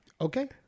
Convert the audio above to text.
Okay